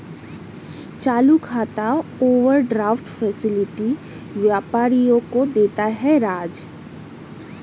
चालू खाता overdraft facility व्यापारियों को देता है राज